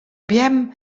beammen